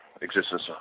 existence